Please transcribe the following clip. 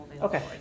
okay